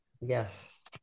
Yes